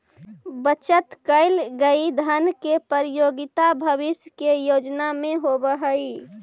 बचत कैल गए धन के उपयोगिता भविष्य के योजना में होवऽ हई